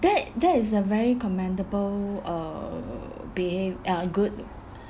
that that is a very commendable uh beha~ uh good